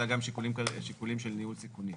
אלא גם שיקולים של ניהול סיכונים,